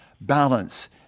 balance